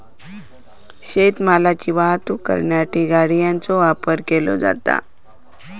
शेत मालाची वाहतूक करण्यासाठी गाड्यांचो वापर केलो जाता